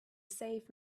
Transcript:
save